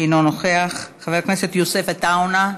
אינו נוכח, חבר הכנסת יוסף עטאונה,